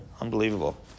Unbelievable